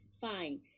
Fine